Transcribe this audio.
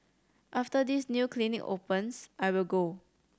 after this new clinic opens I will go